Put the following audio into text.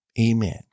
Amen